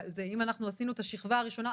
אם אנחנו עשינו את השכבה הראשונה,